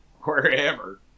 wherever